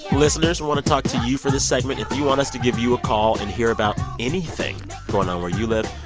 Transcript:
listeners, we want to talk to you for this segment. if you want us to give you a call and hear about anything going on where you live,